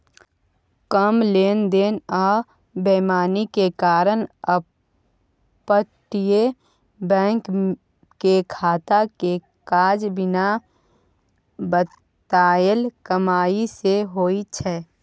कम लेन देन आ बेईमानी के कारण अपतटीय बैंक के खाता के काज बिना बताएल कमाई सँ होइ छै